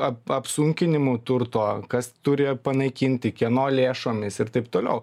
ap apsunkinimų turto kas turi panaikinti kieno lėšomis ir taip toliau